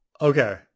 Okay